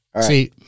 See